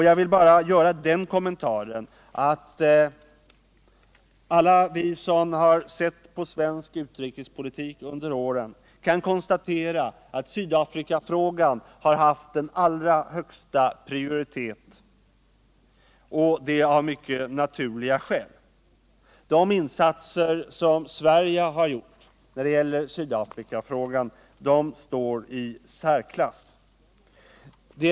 Jag vill bara göra den kommentaren att alla vi som följt svensk utrikespolitik under åren kan konstatera att Sydafrikafrågan har haft den allra högsta prioritet — och detta av mycket naturliga skäl. De insatser som Sverige har gjort när det gäller Sydafrikafrågan står i särklass.